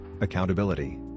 accountability